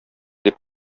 дип